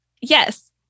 Yes